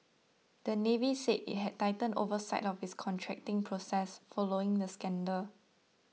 the Navy said it has tightened oversight of its contracting process following the scandal